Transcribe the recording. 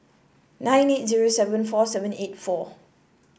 nine eight zero seven four seven eight four